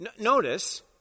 Notice